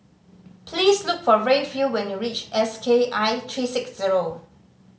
please look for Rayfield when you reach S K I three six zero